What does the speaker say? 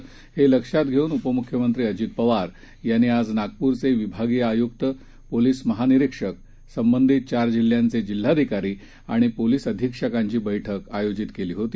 भंडारा हेलक्षातघेऊनउपमुख्यमंत्रीअजितपवारयांनीआजनागपुरचेविभागीयआयुक्त पोलीसमहानिरिक्षक संबंधितचारजिल्ह्यांचेजिल्हाधिकारीआणिपोलिसअधिक्षकांचीबैठकआयोजितकेलीहोती